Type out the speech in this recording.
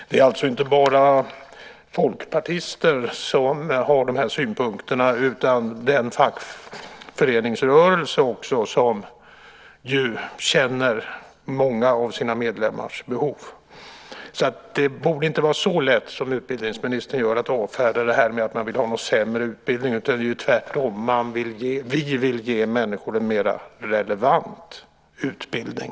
Det är alltså inte bara folkpartister som har dessa synpunkter utan också den fackföreningsrörelse som känner många av sina medlemmars behov. Det borde inte vara så lätt, som utbildningsministern gör det, att avfärda detta med att det skulle vara fråga om en sämre utbildning. Tvärtom vill vi ge människor en mer relevant utbildning.